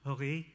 Okay